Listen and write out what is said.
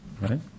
right